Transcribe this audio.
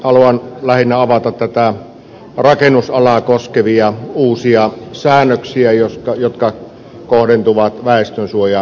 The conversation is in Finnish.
haluan lähinnä avata rakennusalaa koskevia uusia säännöksiä jotka kohdentuvat väestönsuojarakentamiseen